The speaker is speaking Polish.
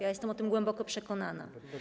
Jestem o tym głęboko przekonana.